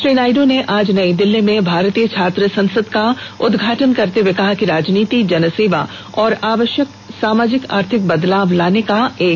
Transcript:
श्री नायड् ने आज नई दिल्ली में भारतीय छात्र संसद का उदघाटन करते हुए कहा कि राजनीति जनसेवा और आवश्यक सामाजिक आर्थिक बदलाव लाने का एक सशक्त माध्यम है